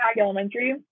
Elementary